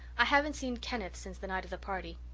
i haven't seen kenneth since the night of the party.